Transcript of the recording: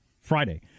Friday